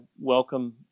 welcome